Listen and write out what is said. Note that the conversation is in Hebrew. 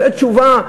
זאת תשובה?